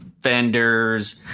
vendors